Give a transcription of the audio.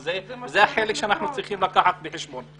זה החלק אותו אנחנו צריכים לקחת בחשבון.